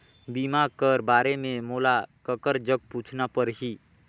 बीमा कर बारे मे मोला ककर जग पूछना परही?